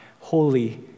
holy